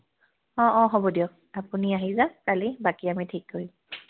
অঁ অঁ হ'ব দিয়ক আপুনি আহি যাওক কালি বাকী আমি ঠিক কৰিম